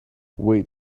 wait